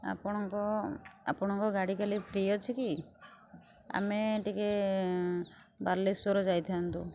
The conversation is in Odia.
ଆପଣଙ୍କ ଆପଣଙ୍କ ଗାଡ଼ି କାଲି ଫ୍ରୀ ଅଛି କି ଆମେ ଟିକେ ବାଲେଶ୍ଵର ଯାଇଥାଆନ୍ତୁ